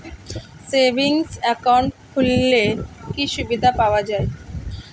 Savings account খুললে কি সুবিধা পাওয়া যায়?